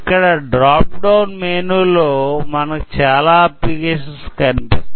ఇక్కడ drop down menu లో మనకు చాల ఆప్షన్స్ కనిపిస్తాయి